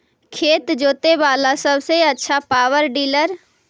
खेत जोते बाला सबसे आछा पॉवर टिलर?